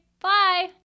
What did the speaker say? bye